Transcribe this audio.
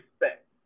respect